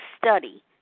study